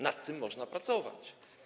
Nad tym można pracować.